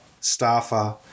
staffer